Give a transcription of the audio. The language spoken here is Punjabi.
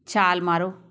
ਛਾਲ ਮਾਰੋ